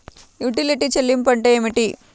యుటిలిటీల చెల్లింపు అంటే ఏమిటి?